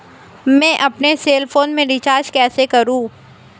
मैं अपने cell phone में रिचार्ज कैसे करूँ?